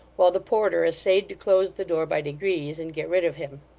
while the porter essayed to close the door by degrees and get rid of him.